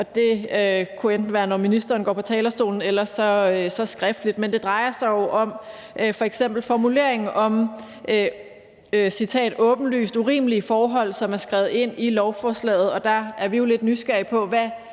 det kunne enten være, når ministeren går på talerstolen, eller skriftligt. Det drejer sig f.eks. om formuleringen »åbenlyst urimelige forhold«, som er skrevet ind i lovforslaget. Der er vi jo lidt nysgerrige, med